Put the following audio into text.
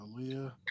Aaliyah